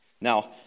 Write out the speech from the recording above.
Now